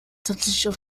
tatsächlich